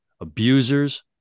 abusers